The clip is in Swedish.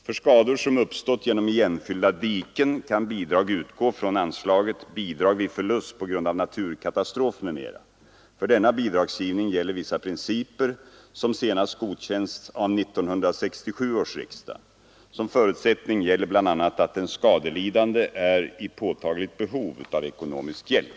För skador som uppstått genom igenfyllda diken kan bidrag utgå från anslaget Bidrag vid förlust på grund av naturkatastrof m.m. För denna bidragsgivning gäller vissa principer, som senast godkänts av 1967 års riksdag. Som förutsättning gäller bl.a. att den skadelidande är i påtagligt behov av ekonomisk hjälp.